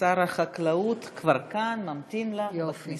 שר החקלאות כבר כאן, ממתין לך, בכניסה.